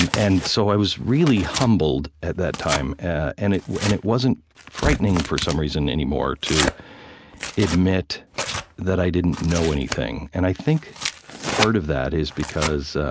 and and so i was really humbled at that time, and it and it wasn't frightening for some reason anymore to admit that i didn't know anything. and i think part of that is because